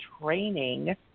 training